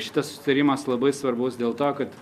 šitas susitarimas labai svarbus dėl to kad